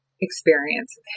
experience